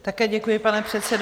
Také děkuji, pane předsedo.